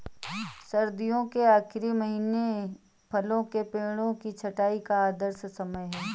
सर्दियों के आखिरी महीने फलों के पेड़ों की छंटाई का आदर्श समय है